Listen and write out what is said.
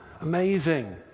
amazing